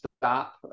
stop